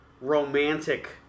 romantic